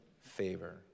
favor